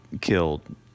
killed